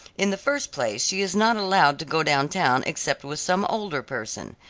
in the first place she is not allowed to go down town except with some older person.